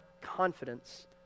confidence